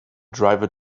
driver